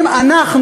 אם אנחנו,